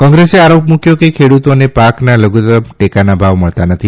કોંગ્રેસે આરોપ મૂક્વો કે ખેડૂતોને પાકના લધુત્તમ ટેકાના ભાવ મળતા નથી